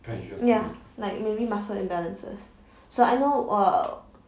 ya like maybe muscle imbalances so I know err